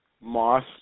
Moss